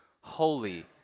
holy